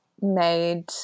made